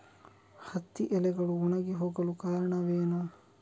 ಹತ್ತಿ ಎಲೆಗಳು ಒಣಗಿ ಹೋಗಲು ಕಾರಣವೇನು?